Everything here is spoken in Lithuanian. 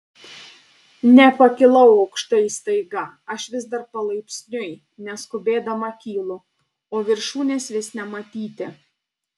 nepakilau aukštai staiga aš vis dar palaipsniui neskubėdama kylu o viršūnės vis nematyti